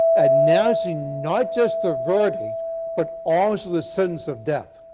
announcing not just the verdict but also the sentence of death.